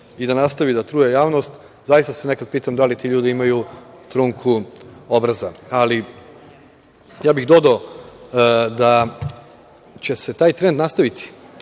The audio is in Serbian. i da nastavi da truje javnost. Zaista se nekad pitam – da li ti ljudi imaju trunku obraza? Ali, ja bih dodao da će se taj trend nastaviti.